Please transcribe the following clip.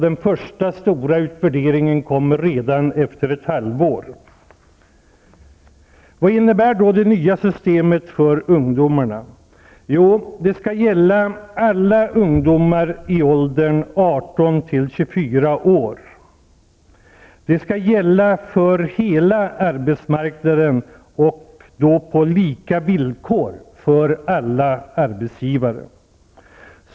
Den första stora utvärderingen skall komma redan efter ett halvår. Vad innebär då det nya systemet för ungdomarna? Det skall gälla alla ungdomar i åldern 18--24 år. Det skall gälla för hela arbetsmarknaden och på lika villkor för alla arbetsgivare.